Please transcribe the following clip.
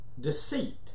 Deceit